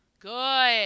Good